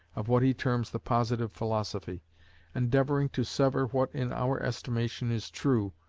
of what he terms the positive philosophy endeavouring to sever what in our estimation is true,